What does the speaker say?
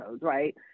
right